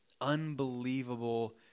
unbelievable